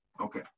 Okay